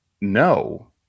no